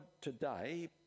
today